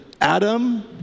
Adam